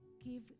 give